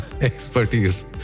expertise